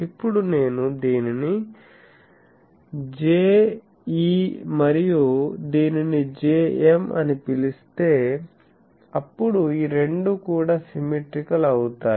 ఇప్పుడు నేను దీనిని Je మరియు దీనిని Jm అని పిలిస్తే అప్పుడు ఈ రెండు కూడా సిమెట్రీకల్ అవుతాయి